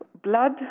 Blood